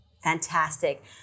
Fantastic